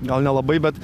gal nelabai bet